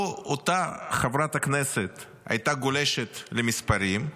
לו אותה חברת כנסת הייתה גולשת למספרים,